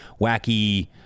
wacky